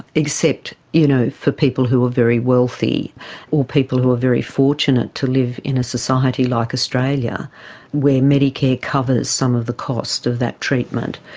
except you know for people who are very wealthy or people who are very fortunate fortunate to live in a society like australia where medicare covers some of the cost of that treatment.